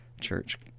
church